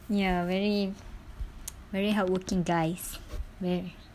ya very very hardworking guys wei